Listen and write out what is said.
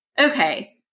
okay